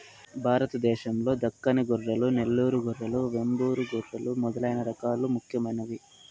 భారతదేశం లో దక్కని గొర్రెలు, నెల్లూరు గొర్రెలు, వెంబూరు గొర్రెలు మొదలైన రకాలు ముఖ్యమైనవి